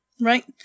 right